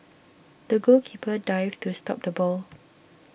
the goalkeeper dived to stop the ball